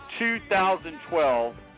2012